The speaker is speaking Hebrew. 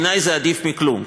בעיני זה עדיף מכלום.